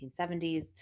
1970s